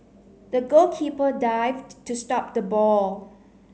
the goalkeeper dived to stop the ball